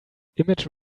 image